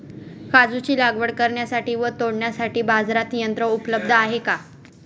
काजूची लागवड करण्यासाठी व तोडण्यासाठी बाजारात यंत्र उपलब्ध आहे का?